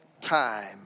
time